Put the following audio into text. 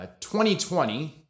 2020